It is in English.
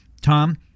tom